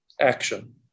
action